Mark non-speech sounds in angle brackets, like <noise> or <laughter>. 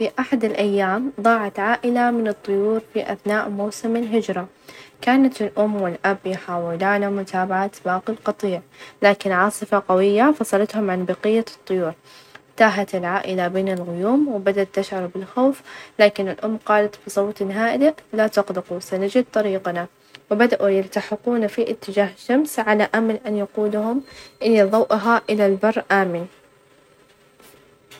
في أحد الأيام ضاعت عائلة من الطيور في أثناء موسم الهجرة، كانت الأم والأب يحاولان متابعة باقي القطيع، لكن عاصفة قوية فصلتهم عن بقية الطيور، تاهت العائلة بين الغيوم، وبدت تشعر بالخوف، لكن الأم قالت بصوت هادئ لا تقلقوا سنجد طريقنا، وبدأوا يلتحقون في إتجاه شمس على أمل أن يقودهم <hesitation> ظوءها إلى البر آمن.